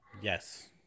Yes